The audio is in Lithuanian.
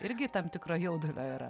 irgi tam tikro jaudulio yra